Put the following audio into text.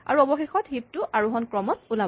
আৰু অৱশেষত হিপ টো আৰোহন ক্ৰমত ওলাব